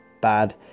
bad